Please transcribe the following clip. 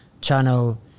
channel